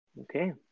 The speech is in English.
Okay